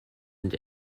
and